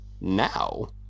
Now